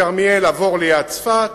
מכרמיאל עבור ליד צפת,